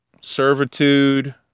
servitude